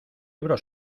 ebro